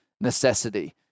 necessity